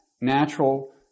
natural